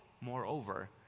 Moreover